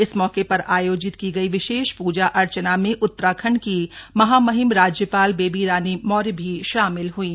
इस मौके पर आयोजित की गई विशेष पूजा अर्चना में उत्तराखंड की महामहिम राज्यपाल बेबी रानी मौर्य भी शामिल हईं